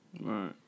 Right